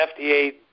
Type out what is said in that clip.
FDA